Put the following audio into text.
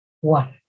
one